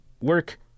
work